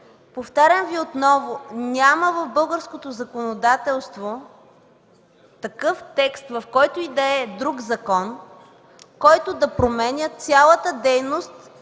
Повтарям отново – няма в българското законодателство такъв текст в който и да е друг закон, който да промени цялата дейност